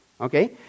Okay